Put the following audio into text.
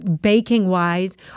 baking-wise